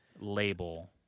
label